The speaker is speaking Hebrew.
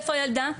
איפה הילדה,